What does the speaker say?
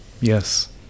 Yes